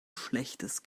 schlechtes